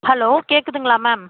hello கேட்குதுங்களா ma'am